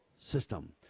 system